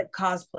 cosplay